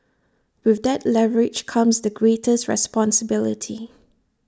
with that leverage comes the greatest responsibility